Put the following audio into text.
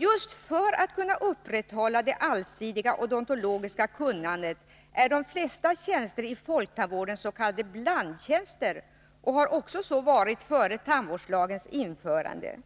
Just för att kunna upprätthålla det allsidiga odontologiska kunnandet är de flesta tjänster i folktandvården s.k. blandtjänster och har så varit även före tandvårdslagens införande.